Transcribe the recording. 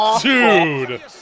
Dude